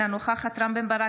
אינה נוכחת רם בן ברק,